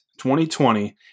2020